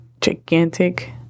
Gigantic